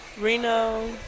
Reno